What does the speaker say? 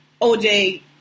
OJ